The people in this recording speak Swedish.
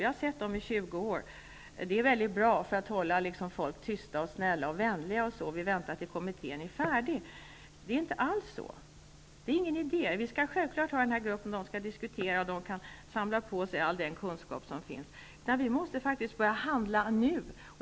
Jag har sett dem i 20 år, och de är bra för att hålla folk tysta, snälla och vänliga ''vi väntar tills kommittén är färdig''. Vi skall självfallet ha den här gruppen, och den skall diskutera och samla på sig all den kunskap som finns, men vi måsta börja handla nu.